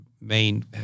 main